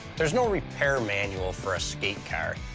there's no repair manual for a skate car.